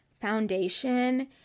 foundation